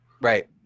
Right